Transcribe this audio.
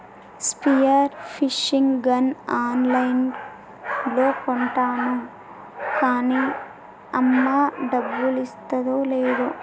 spear fishing gun ఆన్ లైన్లో కొంటాను కాన్నీ అమ్మ డబ్బులిస్తాదో లేదో